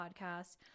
podcast